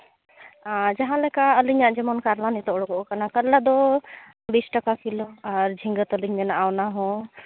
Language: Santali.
ᱟᱨ ᱡᱟᱦᱟᱸ ᱞᱮᱠᱟ ᱟᱹᱞᱤᱧᱟᱜ ᱡᱮᱢᱚᱱ ᱠᱟᱨᱞᱟ ᱱᱤᱛᱚᱜ ᱩᱰᱩᱠᱚᱜ ᱠᱟᱱᱟ ᱠᱟᱨᱞᱟ ᱫᱚ ᱵᱤᱥ ᱴᱟᱠᱟ ᱠᱤᱞᱳ ᱟᱨ ᱡᱷᱤᱸᱜᱟᱹ ᱛᱟᱹᱞᱤᱧ ᱢᱮᱱᱟᱜᱼᱟ ᱚᱱᱟᱦᱚᱸ